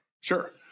sure